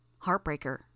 Heartbreaker